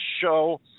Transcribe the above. show